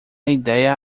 ideia